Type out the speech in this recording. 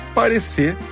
parecer